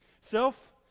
Self